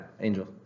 Angel